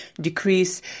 decrease